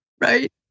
right